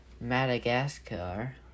Madagascar